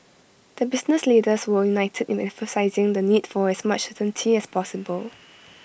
the business leaders were united in emphasising the need for as much certainty as possible